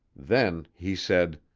then he said